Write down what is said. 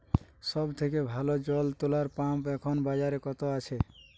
সব থেকে ভালো জল তোলা পাম্প এখন বাজারে কত আছে?